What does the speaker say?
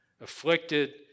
afflicted